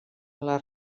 les